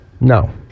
No